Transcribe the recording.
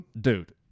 Dude